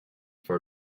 for